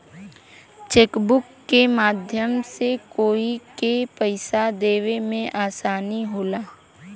chequebook के माध्यम से कोई के पइसा देवे में आसानी होला